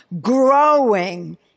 growing